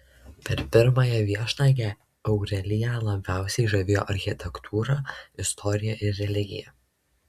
per pirmąją viešnagę aureliją labiausiai žavėjo architektūra istorija ir religija